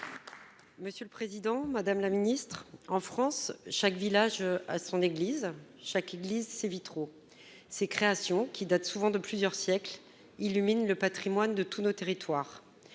la secrétaire d'État chargée de l'Europe, en France, chaque village a son église, et chaque église ses vitraux. Ces créations, qui datent souvent de plusieurs siècles, illuminent le patrimoine de tous nos territoires.